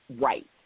right